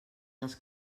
dels